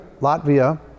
Latvia